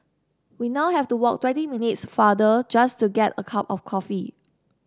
we now have to walk twenty minutes farther just to get a cup of coffee